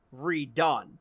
redone